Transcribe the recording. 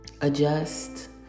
adjust